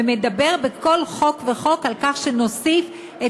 ומדבר בכל חוק וחוק על כך שנוסיף את